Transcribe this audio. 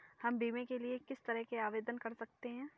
हम बीमे के लिए किस तरह आवेदन कर सकते हैं?